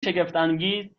شگفتانگیز